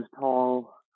tall